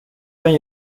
kan